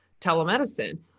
telemedicine